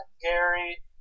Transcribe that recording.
Gary